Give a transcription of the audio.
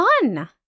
fun